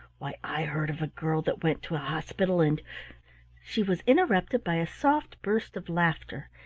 why, i heard of a girl that went to a hospital and she was interrupted by a soft burst of laughter,